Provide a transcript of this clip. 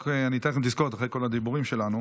אני אתן לכם תזכורת אחרי כל הדיבורים שלנו,